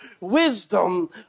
wisdom